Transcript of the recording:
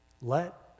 Let